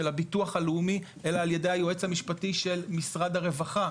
הביטוח הלאומי אלא על ידי היועץ המשפטי של משרד הרווחה,